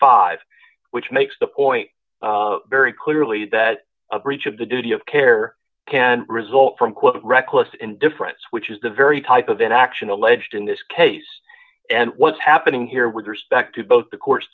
five which makes the point very clearly that a breach of the duty of care can result from reckless indifference which is the very type of action alleged in this case and what's happening here with respect to both the court's